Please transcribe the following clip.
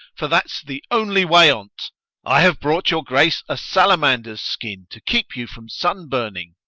for that s the only way on t i have brought your grace a salamander's skin to keep you from sun-burning.